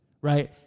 right